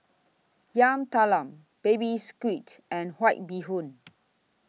Yam Talam Baby Squid and White Bee Hoon